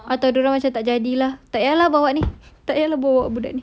entah dia orang macam tak jadi lah tak payah lah bawa ni tak payah lah bawa budak ni